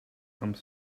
some